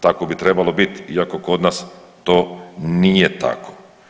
Tako bi trebalo biti, iako kod nas to nije tako.